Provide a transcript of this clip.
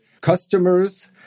customers